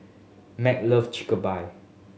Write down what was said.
Marc love